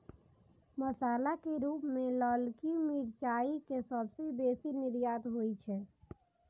मसाला के रूप मे ललकी मिरचाइ के सबसं बेसी निर्यात होइ छै